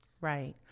Right